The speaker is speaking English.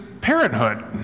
parenthood